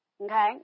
Okay